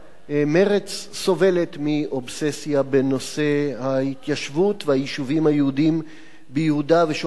מרצ סובלת מאובססיה בנושא ההתיישבות והיישובים היהודיים ביהודה ושומרון.